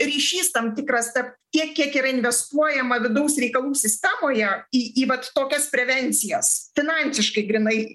ryšys tam tikras tarp tiek kiek yra investuojama vidaus reikalų sistemoje į į vat tokias prevencijas finansiškai grynai